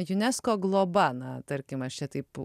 unesco globa na tarkim aš čia taip